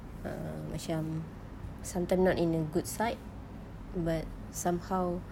err macam sometime not in a good side but somehow